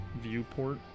viewport